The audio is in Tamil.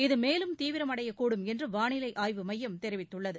இது மேலும் தீவிரமடையக் கூடும் என்று வானிலை ஆய்வுமையம் தெரிவித்துள்ளது